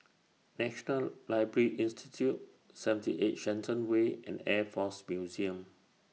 National Library Institute seventy eight Shenton Way and Air Force Museum